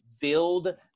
build